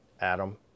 Adam